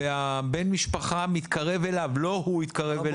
ובן המשפחה מתקרב אליו, לא הוא התקרב.